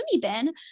bin